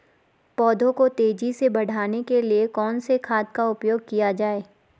पौधों को तेजी से बढ़ाने के लिए कौन से खाद का उपयोग किया जाए?